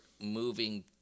moving